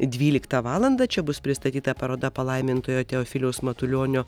dvyliktą valandą čia bus pristatyta paroda palaimintojo teofiliaus matulionio